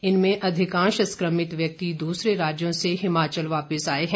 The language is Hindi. इनमें अधिकांश संक्रमित व्यक्ति दूसरे राज्यों से हिमाचल वापिस आए हैं